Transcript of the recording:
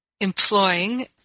employing